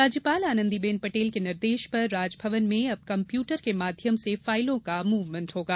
राज्यपाल आनंदीबेन पटेल के निर्देश पर राजभवन में अब कम्प्यूटर के माध्यम से फाईलों का मूवमेंट होगा